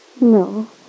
No